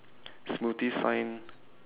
smoothies sign